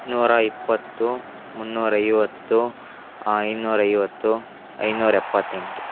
ನೂರ ಇಪ್ಪತ್ತು ಮುನ್ನೂರೈವತ್ತು ಐನೂರೈವತ್ತು ಐನೂರ ಎಪ್ಪತ್ತೆಂಟು